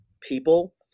people